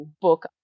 book